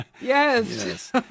yes